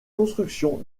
construction